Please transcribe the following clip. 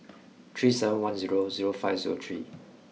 three seven one zero zero five zero three